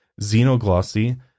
xenoglossy